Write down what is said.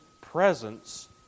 presence